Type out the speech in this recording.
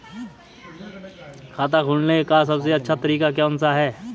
खाता खोलने का सबसे अच्छा तरीका कौन सा है?